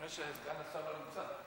האמת היא שסגן השר לא נמצא.